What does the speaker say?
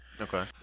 Okay